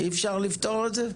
אי אפשר לפתור את זה?